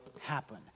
happen